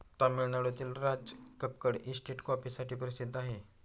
तामिळनाडूतील राजकक्कड इस्टेट कॉफीसाठीही प्रसिद्ध आहे